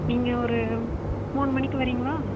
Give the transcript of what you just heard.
நீங்கள் ஒரு மூணு மணிக்கு வரீங்களா